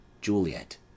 Juliet